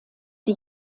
die